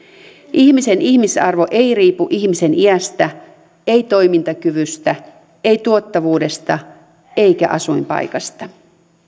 ihmisen ihmisarvo ei riipu ihmisen iästä ei toimintakyvystä ei tuottavuudesta eikä asuinpaikasta